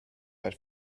but